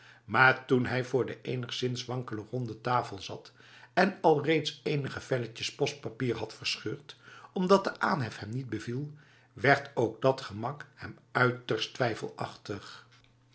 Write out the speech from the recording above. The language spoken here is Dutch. maar toen hij voor de enigszins wankele ronde tafel zat en alreeds enige velletjes postpapier had verscheurd omdat de aanhef hem niet beviel werd ook dat gemak hem uiterst twijfelachtig